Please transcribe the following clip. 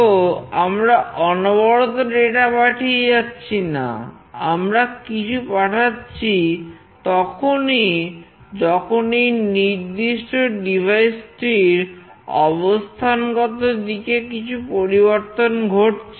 তো আমরা অনবরত ডাটা পাঠিয়ে যাচ্ছি না আমরা কিছু পাঠাচ্ছি তখনই যখন এই নির্দিষ্ট ডিভাইসটির অবস্থানগত দিকে কিছু পরিবর্তন ঘটছে